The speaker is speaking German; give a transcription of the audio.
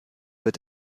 wird